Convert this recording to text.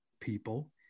people